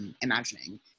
imagining